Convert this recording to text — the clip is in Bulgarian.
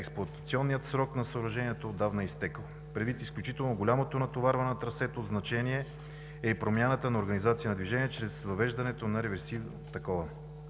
Експлоатационният срок на съоръжението отдавна е изтекъл. Предвид изключително голямото натоварване на трасето от значение е промяната на организация на движението чрез въвеждане на ревесивно такова.